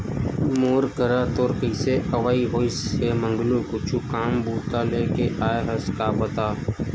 मोर करा तोर कइसे अवई होइस हे मंगलू कुछु काम बूता लेके आय हस का बता?